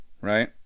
right